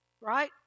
right